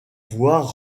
voir